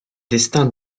destins